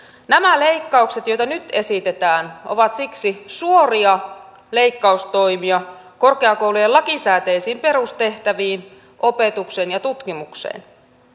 nämä leikkaukset joita nyt esitetään ovat siksi suoria leikkaustoimia korkeakoulujen lakisääteisiin perustehtäviin opetukseen ja tutkimukseen